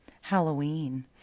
halloween